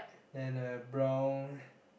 and a brown